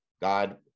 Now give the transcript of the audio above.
God